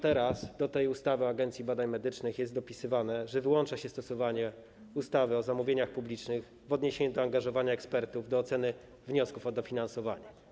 Teraz do ustawy o Agencji Badań Medycznych jest dopisywane, że wyłącza się stosowanie ustawy o zamówieniach publicznych w odniesieniu do angażowania ekspertów do oceny wniosków o dofinansowanie.